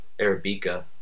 arabica